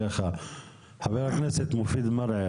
חבר הכנסת מופיד מרעי,